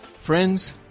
friends